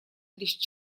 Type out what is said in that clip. лишь